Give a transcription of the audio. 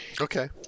Okay